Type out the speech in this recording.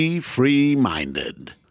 free-minded